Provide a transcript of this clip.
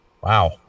Wow